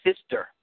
sister